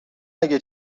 اگه